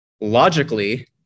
logically